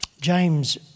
James